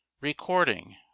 recording